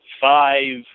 five